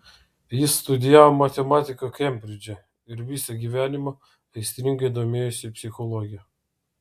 jis studijavo matematiką kembridže ir visą gyvenimą aistringai domėjosi psichologija